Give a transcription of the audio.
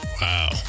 Wow